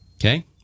Okay